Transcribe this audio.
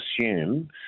assume